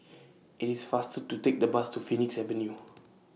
IT IS faster to Take The Bus to Phoenix Avenue